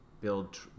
build